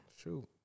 Shoot